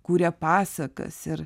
kūrė pasakas ir